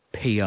PR